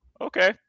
okay